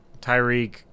Tyreek